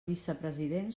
vicepresident